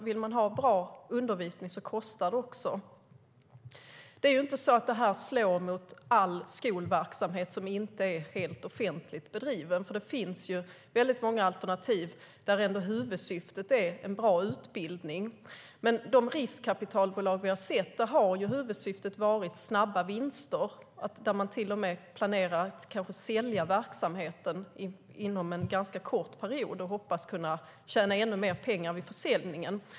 Vill man ha bra undervisning kostar det också. Det är ju inte så att det här slår mot all skolverksamhet som inte är helt offentligt driven, för det finns ju väldigt många alternativ där huvudsyftet ändå är en bra utbildning. Men i de riskkapitalbolag vi har sett har huvudsyftet varit snabba vinster där man till och med kanske planerar att sälja verksamheten inom en ganska kort tid och hoppas kunna tjäna ännu mer pengar vid försäljningen.